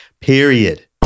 period